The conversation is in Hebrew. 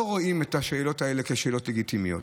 רואים את השאלות האלה כשאלות לגיטימיות.